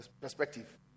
perspective